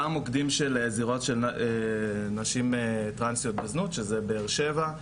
זירות של נשים טרנסיות בזנות: באר שבע,